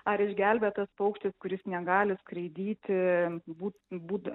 ar išgelbėtas paukštis kuris negali skraidyti būt būt